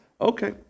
Okay